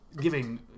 giving